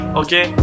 okay